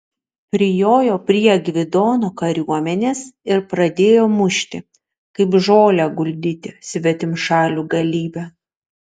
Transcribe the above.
prijojo prie gvidono kariuomenės ir pradėjo mušti kaip žolę guldyti svetimšalių galybę